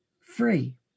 free